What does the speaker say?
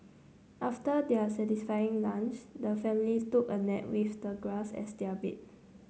after their satisfying lunch the family took a nap with the grass as their bed